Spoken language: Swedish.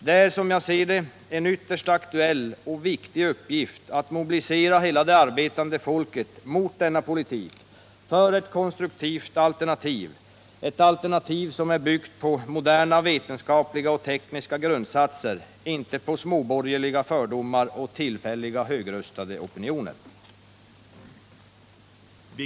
Det är, som jag ser det, en ytterst aktuell och viktig uppgift att mobilisera hela det arbetande folket mot denna politik för ett konstruktivt alternativ — ett alternativ som är byggt på moderna vetenskapliga och tekniska grundsatser, inte på småborgerliga fördomar och tillfälliga högröstade opinioner.